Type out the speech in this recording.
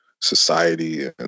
society